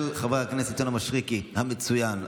של חבר הכנסת מישרקי המצוין.